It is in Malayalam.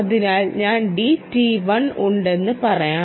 അതിനാൽ ഞാൻ dT1 ഉണ്ടെന്ന് പറയാം